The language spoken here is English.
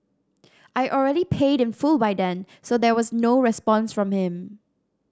I already paid in full by then so there was no response from him